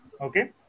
Okay